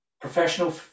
professional